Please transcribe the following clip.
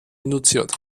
induziert